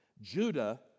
Judah